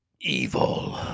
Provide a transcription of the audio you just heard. evil